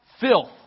filth